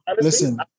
listen